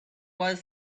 was